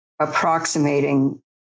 approximating